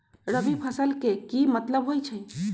रबी फसल के की मतलब होई छई?